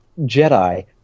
Jedi